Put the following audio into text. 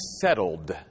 settled